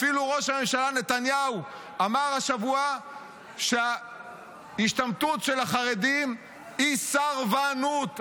אפילו ראש הממשלה נתניהו אמר השבוע שההשתמטות של החרדים היא סרבנות.